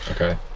okay